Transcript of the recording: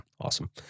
awesome